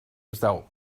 result